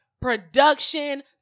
production